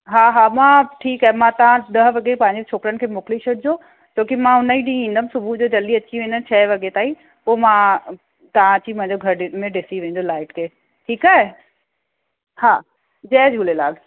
हा हा मां ठीकु आहे मां तव्हां ॾह वगे पंहिंजे छोकिरनि खे मोकिले छॾिजो छोकी मां उन ॾींहुं ई ईंदमि सुबुह जो जल्दी अची वेंदमि छह वगे ताईं पोइ मां तव्हां अची मुंहिंजो घरु ॾिसी वञिजो लाइट खे ठीकु आहे हा जय झूलेलाल